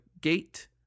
Gate